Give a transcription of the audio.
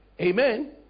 Amen